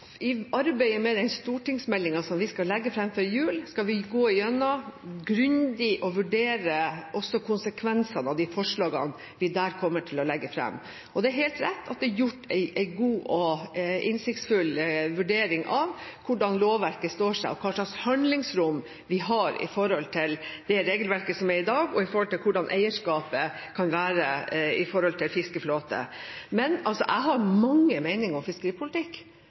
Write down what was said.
i arbeidet med den stortingsmeldingen som vi skal legge fram før jul, skal vi gå gjennom grundig og også vurdere konsekvensene av de forslagene vi der kommer til å legge fram. Det er helt rett at det er gjort en god og innsiktsfull vurdering av hvordan lovverket står seg, og hvilket handlingsrom vi har i forhold til det regelverket som gjelder i dag, og hvordan eierskapet kan være innen fiskeflåten. Jeg har mange meninger om fiskeripolitikk,